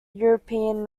european